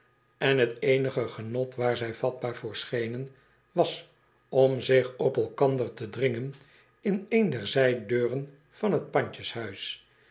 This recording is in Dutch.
en t eenige genot waar zij vatbaar voor schenen was om zich op elkander te dringen in een der zijdeuren van t